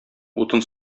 утын